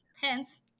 Hence